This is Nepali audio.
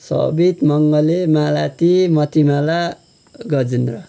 सबित मङ्गले मालती मतिमाला गजेन्द्र